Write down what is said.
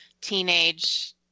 teenage